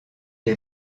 est